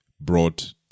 brought